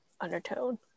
undertone